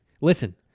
Listen